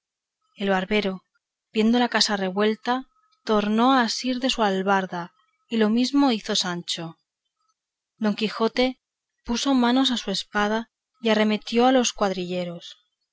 el barbero viendo la casa revuelta tornó a asir de su albarda y lo mismo hizo sancho don quijote puso mano a su espada y arremetió a los cuadrilleros